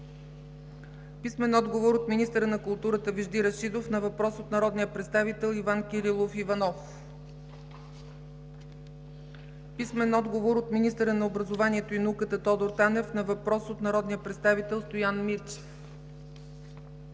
Павлов; - министъра на културата Вежди Рашидов на въпрос от народния представител Иван Кирилов Иванов; - министъра на образованието и науката Тодор Танев на въпрос от народния представител Стоян Мирчев;